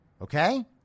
Okay